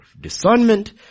discernment